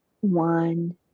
One